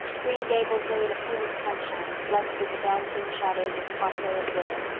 green gables lay in a pool of sunshine, flecked with the dancing shadows of poplar and willow.